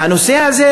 והנושא הזה,